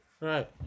right